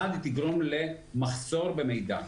דבר אחד, היא תגרום למחסור במידע.